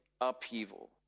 upheaval